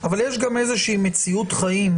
אבל יש גם מציאות חיים,